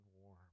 warm